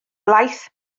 laeth